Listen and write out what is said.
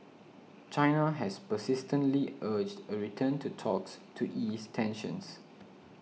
China has persistently urged a return to talks to ease tensions